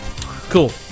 Cool